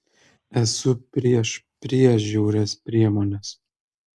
esu prieš prieš žiaurias priemones